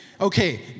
Okay